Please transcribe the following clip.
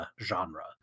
genre